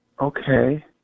Okay